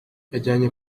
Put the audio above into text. yajyanwe